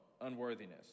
unworthiness